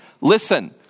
listen